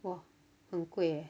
!wah! 很贵哦